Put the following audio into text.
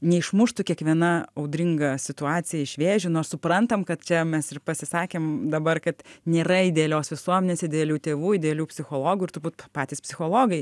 neišmuštų kiekviena audringa situacija iš vėžių nors suprantam kad čia mes ir pasisakėm dabar kad nėra idealios visuomenės idealių tėvų idealių psichologų ir turbūt patys psichologai